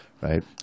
right